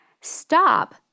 Stop